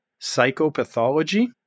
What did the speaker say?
psychopathology